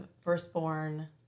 firstborn